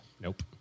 nope